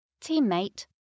teammate